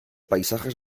paisajes